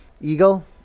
eagle